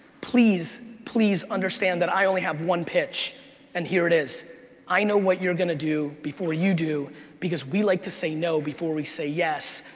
please, please understand that i only have one pitch and here it is i know what you're gonna do before you do because we like to say no before we say yes,